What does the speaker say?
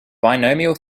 binomial